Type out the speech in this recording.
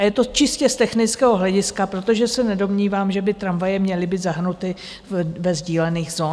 Je to čistě z technického hlediska, protože se nedomnívám, že by tramvaje měly být zahrnuty ve sdílených zónách.